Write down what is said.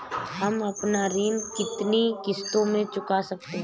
हम अपना ऋण कितनी किश्तों में चुका सकते हैं?